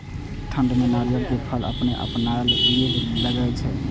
ठंड में नारियल के फल अपने अपनायल गिरे लगए छे?